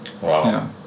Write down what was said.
Wow